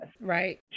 right